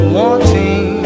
wanting